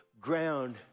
ground